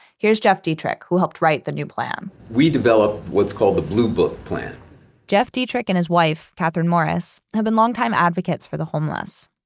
here is jeff dietrich who helped write the new plan we developed what's called the blue book plan jeff dietrich and his wife catherine morris, have been long time advocates for the homeless.